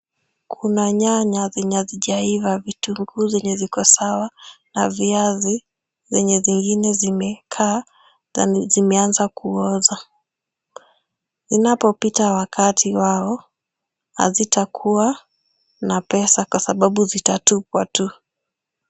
Kuna nyanya zenye hazijaiva, vitunguu zenye ziko sawa na viazi zenye zingine zimekaa na zimeanza kuoza. Zinapopita wakati wao hazitakuwa na pesa kwasababu zitatupwa tu.